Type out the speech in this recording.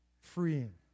Freeing